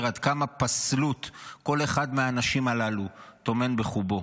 עד כמה פסלות כל אחד מהאנשים האלה טומן בחובו.